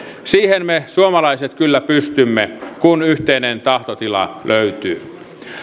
siihen me suomalaiset kyllä pystymme kun yhteinen tahtotila löytyy